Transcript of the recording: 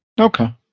Okay